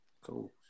Cool